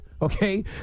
Okay